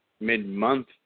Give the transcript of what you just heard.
mid-month